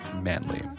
manly